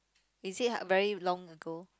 is it h~ very long ago